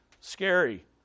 scary